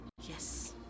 yes